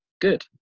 good